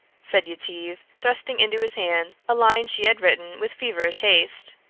said yetive, thrusting into his hand a line she had written with feverish haste.